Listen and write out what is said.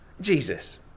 Jesus